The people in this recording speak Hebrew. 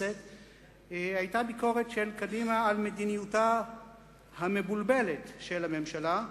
היתה ביקורת של קדימה על "מדיניותה המבולבלת של הממשלה",